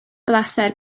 bleser